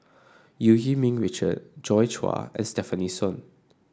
Eu Yee Ming Richard Joi Chua and Stefanie Sun